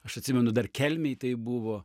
aš atsimenu dar kelmėj tai buvo